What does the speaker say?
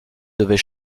devait